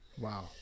Wow